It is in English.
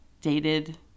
dated